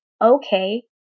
Okay